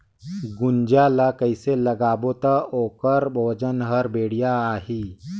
गुनजा ला कइसे लगाबो ता ओकर वजन हर बेडिया आही?